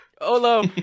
Olo